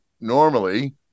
normally